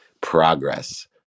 progress